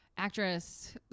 actress